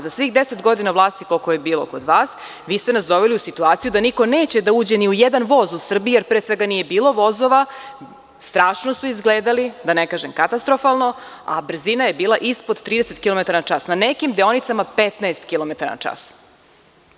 Za svih deset godina vlasti koliko je bilo kod vas, vi ste nas doveli u situaciju da niko neće da uđe ni u jedan voz u Srbiji, jer pre svega nije bilo vozova, strašno su izgledali, da ne kažem, katastrofalno, a brzina je bila ispod 30 kilometara na čas, na nekim deonicama 15 kilometara na čas.